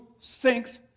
sinks